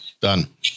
done